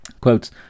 Quotes